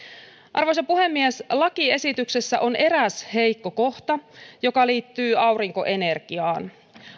arvoisa puhemies lakiesityksessä on eräs heikko kohta joka liittyy aurinkoenergiaan